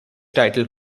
title